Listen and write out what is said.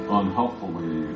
unhelpfully